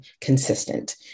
consistent